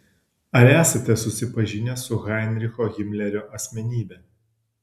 ar esate susipažinęs su heinricho himlerio asmenybe